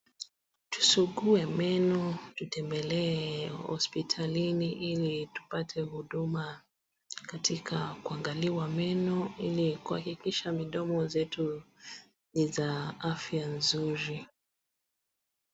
Tusugue meno, tutembelee hosipitalini hili tupate huduma katika kuangaliwa meno ili kuhakikisha midimo zetu ni za afya nzuri.